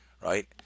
right